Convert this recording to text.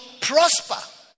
prosper